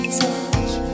touch